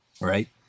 right